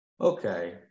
Okay